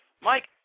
Mike